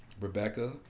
Rebecca